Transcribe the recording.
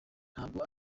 ntabwo